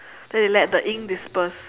then they let the ink disperse